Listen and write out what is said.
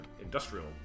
industrial